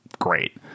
great